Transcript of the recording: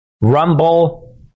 Rumble